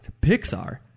Pixar